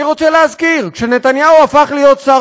אני רוצה להזכיר שכאשר נתניהו הפך להיות שר